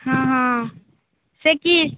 हँ हँ से की